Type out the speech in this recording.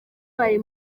bari